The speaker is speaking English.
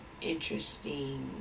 interesting